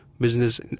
business